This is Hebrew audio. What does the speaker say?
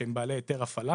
שהם בעלי היתר הפעלה